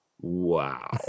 Wow